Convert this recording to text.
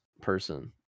person